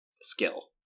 skill